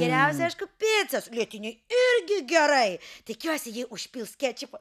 geriausia aišku picos lietiniai irgi gerai tikiuosi ji užpils kečupo